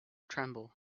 tremble